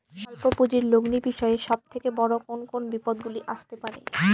স্বল্প পুঁজির লগ্নি বিষয়ে সব থেকে বড় কোন কোন বিপদগুলি আসতে পারে?